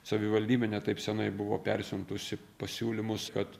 savivaldybė ne taip senai buvo persiuntusi pasiūlymus kad